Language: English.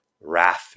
wrath